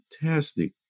fantastic